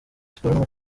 siporo